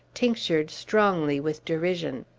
tinctured strongly with derision.